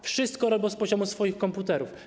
Wszystko robią z poziomu swoich komputerów.